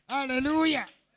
Hallelujah